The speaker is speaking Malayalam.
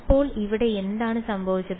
അപ്പോൾ ഇവിടെ എന്താണ് സംഭവിച്ചത്